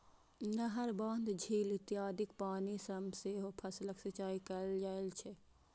नहर, बांध, झील इत्यादिक पानि सं सेहो फसलक सिंचाइ कैल जाइ छै